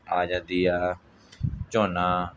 ਆ ਜਾਂਦੀ ਆ ਝੋਨਾ